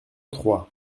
trois